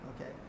okay